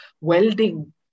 welding